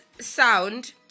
sound